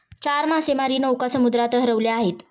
चार मासेमारी नौका समुद्रात हरवल्या आहेत